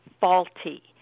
faulty